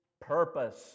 purpose